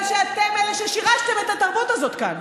שאתם אלה שהשרשתם את התרבות הזאת כאן,